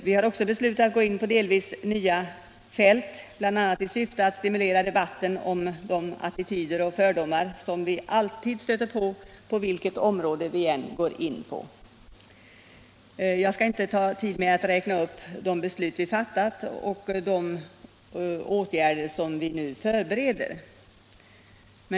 Vi har också beslutat att gå in på delvis nya fält, bl.a. i syfte att stimulera debatten om de attityder och fördomar som vi alltid möter på vilket område vi än går in. Jag skall inte uppta tid med att räkna upp de beslut vi fattat och de åtgärder vi nu förbereder.